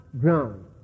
ground